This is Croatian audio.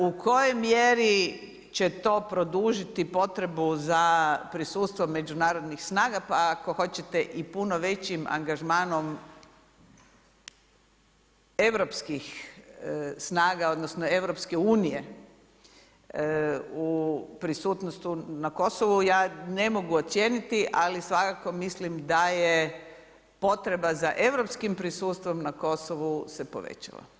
U kojoj mjeri će to produžiti potrebu za prisustvom međunarodnih snaga, pa ako hoćete i puno većim angažmanom europskih snaga odnosno EU-a u prisutnosti na Kosovu, ja ne mogu ocijeniti ali svakako mislim da je potreba za europskim prisustvom na Kosovu se povećala.